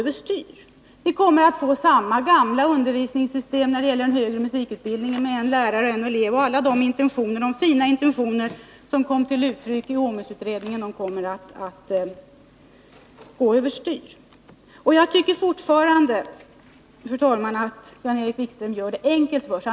Vi kommer att få samma gamla undervisningssystem när det gäller den högre musikutbildningen — en lärare och en elev — och de fina intentioner som kom till uttryck i OMUS-utredningen kommer inte att bli förverkligade. Jag tycker fortfarande, fru talman, att Jan-Erik Wikström gör det enkelt för sig.